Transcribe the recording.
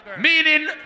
meaning